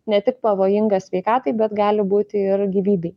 ne tik pavojinga sveikatai bet gali būti ir gyvybei